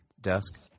desk